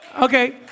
okay